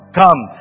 come